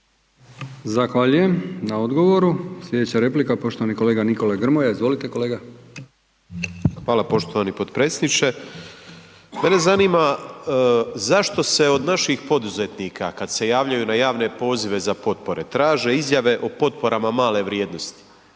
Zahvaljujem na odgovoru. Slijedeća replika poštovani kolega Nikola Grmoja, izvolite kolega. **Grmoja, Nikola (MOST)** Hvala poštovani potpredsjedniče. Mene zanima zašto se od naših poduzetnika kad se javljaju na javne pozive na potpore, traže izjave o potporama male vrijednosti?